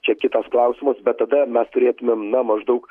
čia kitas klausimas bet tada mes turėtumėm na maždaug